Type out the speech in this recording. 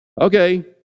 Okay